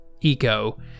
eco